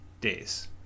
days